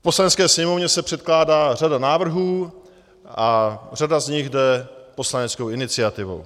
Poslanecké sněmovně se předkládá řada návrhů a řada z nich jde poslaneckou iniciativou.